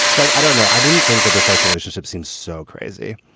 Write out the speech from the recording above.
like, i don't know. i didn't think that the sexual issues have seemed so crazy.